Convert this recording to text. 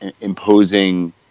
imposing